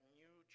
new